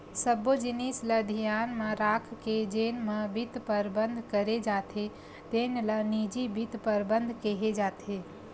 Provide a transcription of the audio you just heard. सब्बो जिनिस ल धियान म राखके जेन म बित्त परबंध करे जाथे तेन ल निजी बित्त परबंध केहे जाथे